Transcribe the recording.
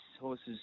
horses